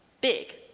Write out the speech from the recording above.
big